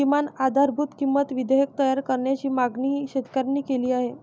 किमान आधारभूत किंमत विधेयक तयार करण्याची मागणीही शेतकऱ्यांनी केली आहे